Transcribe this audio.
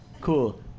Cool